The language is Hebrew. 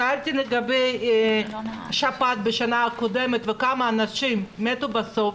שאלתי לגבי שפעת בשנה הקודמת וכמה אנשים מתו בסוף.